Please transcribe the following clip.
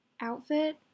outfit